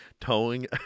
towing